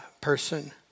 person